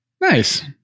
Nice